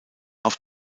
auf